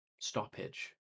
stoppage